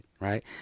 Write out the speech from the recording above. right